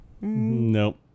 Nope